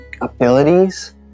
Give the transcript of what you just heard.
abilities